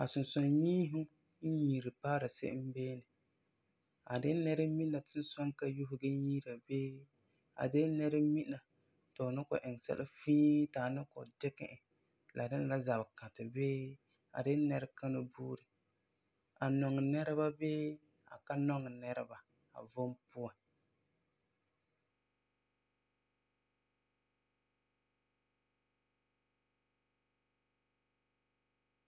A sunsɔ-yiisum n yiiri paara se'em beene, a de la nɛremina sunsɔa n ka yuuri gee yiira bii, a de la nɛremina ti fu ni kɔ'ɔm iŋɛ sɛla fii ti a ni kɔ'ɔm dikɛ e ti a dɛna zabe-kãtɛ bii, a de la nɛrekani buuri. A nɔŋɛ nɛreba bii a ka nɔŋɛ nɛreba a vom puan.